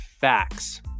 facts